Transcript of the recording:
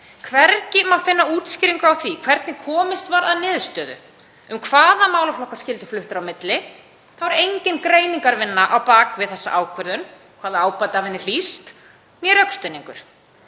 hvergi má finna útskýringu á því hvernig komist var að niðurstöðu um hvaða málaflokkar skyldu fluttir á milli. Þá er engin greiningarvinna á bak við þessa ákvörðun, hvaða ábati hlýst af henni